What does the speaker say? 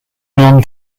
non